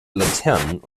laternen